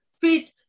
fit